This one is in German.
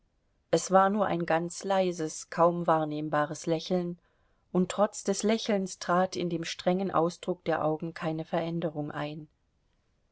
es war nur ein ganz leises kaum wahrnehmbares lächeln und trotz des lächelns trat in dem strengen ausdruck der augen keine veränderung ein